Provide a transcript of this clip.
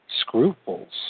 scruples